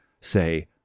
Say